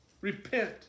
Repent